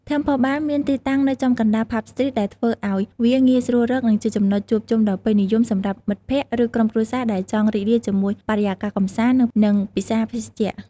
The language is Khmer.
Temple Bar មាន ទីតាំងនៅចំកណ្តាល ផាប់ ស្ទ្រីត ដែលធ្វើឲ្យវាងាយស្រួលរក និងជាចំណុចជួបជុំដ៏ពេញនិយមសម្រាប់មិត្តភក្តិ ឬក្រុមគ្រួសារដែលចង់រីករាយជាមួយបរិយាកាសកម្សាន្ត និងពិសាភេសជ្ជៈ។